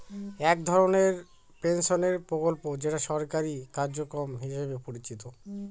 এক ধরনের পেনশনের প্রকল্প যেটা সরকারি কার্যক্রম হিসেবে পরিচিত